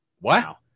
wow